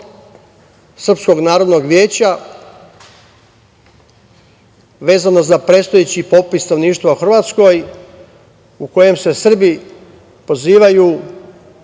Srpskog narodnog veća, vezano za prestojeći popis stanovništva u Hrvatskoj, u kojem se Srbi pozivaju